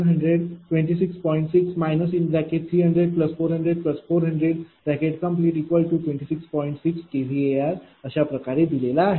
6 kVAr अशाप्रकारे दिलेला आहे